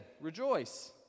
rejoice